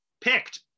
picked